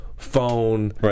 phone